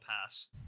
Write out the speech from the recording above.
pass